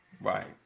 Right